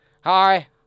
Hi